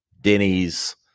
Denny's